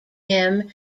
him